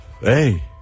Hey